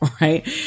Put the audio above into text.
Right